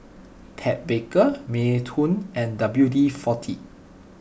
Ted Baker Mini Toons and W D forty